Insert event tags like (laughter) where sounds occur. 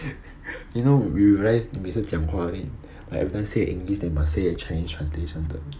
(noise) you know you realise we 每次讲话 in like everytime say in english then must say chinese translation 的